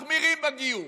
מחמירים בגיור?